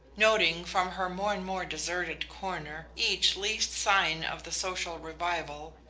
noting, from her more and more deserted corner, each least sign of the social revival,